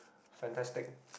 fantastic